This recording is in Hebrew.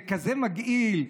זה כזה מגעיל.